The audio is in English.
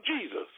Jesus